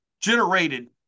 generated